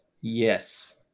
Yes